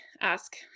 ask